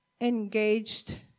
engaged